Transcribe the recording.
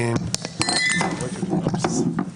בבקשה.